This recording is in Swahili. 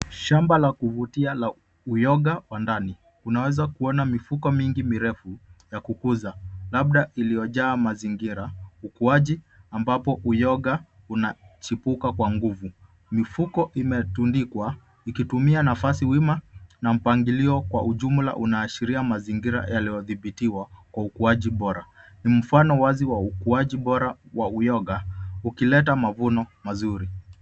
Shamba la kuvutia la uyoga wa ndani. Unaweza kuona mifuko mingi mirefu ya kukuza, labda iliyojaa mazingira, ukuaji ambapo uyoga unachipuka kwa nguvu. Mifuko imetundikwa ikitumia nafasi wima, na mpangilio kwa ujumla unaashiria mazingira yaliyodhibitiwa kwa ukuaji bora. Ni mfano wazi wa ukuaji bora wa uyoga ukileta mavuno mazuri.